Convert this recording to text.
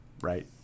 right